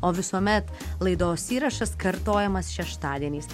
o visuomet laidos įrašas kartojamas šeštadieniais